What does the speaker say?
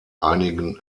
einigen